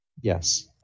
Yes